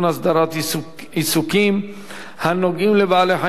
הסדרת עיסוקים הנוגעים לבעלי-חיים),